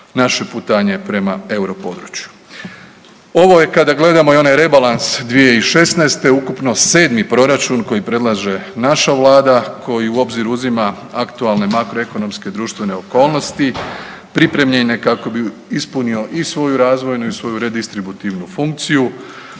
naše putanje prema Euro području. Ovo je, kada gledamo i onaj rebalans 2016. ukupno 7. proračun koji predlaže naša Vlada, koju u obzir uzima aktualne makroekonomske društvene okolnosti, pripremljene kako bi ispunio i svoju razvojnu i svoju redistributivnu funkciju.